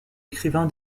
écrivain